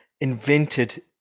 invented